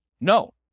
No